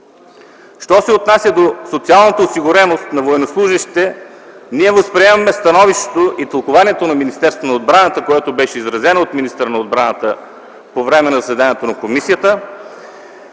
Що се отнася до социалната осигуреност на военнослужещите, ние възприемаме становището и тълкуванието на Министерството на отбраната, което беше изразено от министъра на отбраната по време на заседанието на комисията,